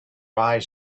eyes